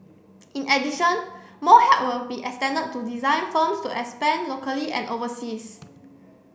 in addition more help will be extended to design firms to expand locally and overseas